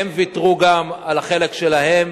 הם ויתרו גם על החלק שלהם,